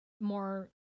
more